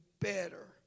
better